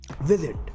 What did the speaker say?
visit